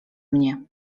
mnie